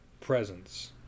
presence